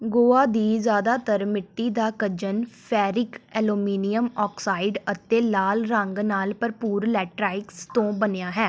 ਗੋਆ ਦੀ ਜ਼ਿਆਦਾਤਰ ਮਿੱਟੀ ਦਾ ਕੱਜਣ ਫੈਰਿਕ ਐਲੂਮੀਨੀਅਮ ਆਕਸਾਈਡ ਅਤੇ ਲਾਲ ਰੰਗ ਨਾਲ ਭਰਪੂਰ ਲੈਟਰਾਈਟਸ ਤੋਂ ਬਨਿਆ ਹੈ